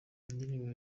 indirimbo